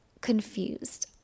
confused